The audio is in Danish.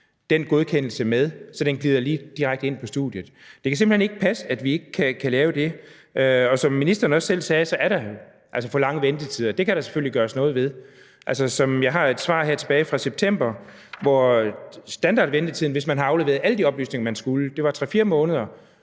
den godkendelse med, så den glider direkte ind på studiet. Det kan simpelt hen ikke passe, at vi ikke kan lave det. Som ministeren også selv sagde, er der altså for lange ventetider. Det kan der selvfølgelig gøres noget ved. Jeg har et svar her tilbage fra september, hvor der står, at standardventetiden, hvis man har afleveret alle de oplysninger, man skulle, var 3-4 måneder,